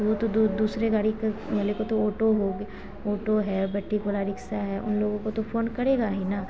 तो वो तो दूसरे गाड़ी के वाले को तो ओटो हो ओटो है बेटिक वाला रिक्सा है उन लोगों को तो फोन करेगा ही न